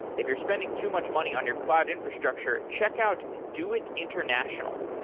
if you're spending too much money on your cloud infrastructure, check out doit international.